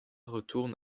retourne